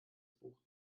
buch